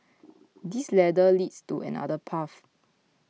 this ladder leads to another path